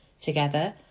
Together